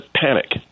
panic